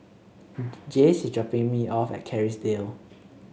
Jace is dropping me off at Kerrisdale